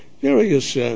various